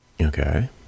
Okay